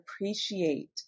appreciate